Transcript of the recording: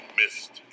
missed